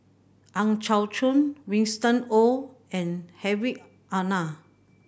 Ang Chau Choon Winston Oh and Hedwig Anuar